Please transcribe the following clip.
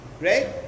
right